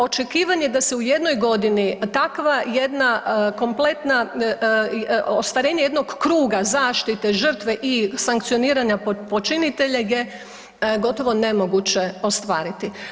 Očekivanje da se u jednoj godini takva jedna kompletna, ostvarenje jednog kruga zaštite žrtve i sankcioniranja počinitelja je gotovo nemoguće ostvariti.